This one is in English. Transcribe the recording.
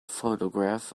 photograph